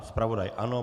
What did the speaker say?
Zpravodaj ano.